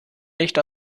nicht